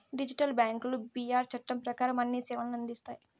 digital బ్యాంకులు BR చట్టం ప్రకారం అన్ని సేవలను అందిస్తాయి